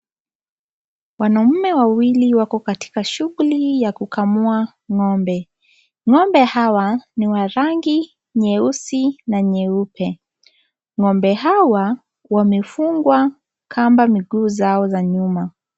Wanaume wawili wako katika shughuli ya kukamua ng'ombe, ng'ombe hawa ni wa rangi nyeusi na nyeupe ng'ombe hawa wamefunga kamba miguu zao za nyuma.